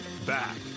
Back